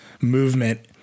movement